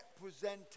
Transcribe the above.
represented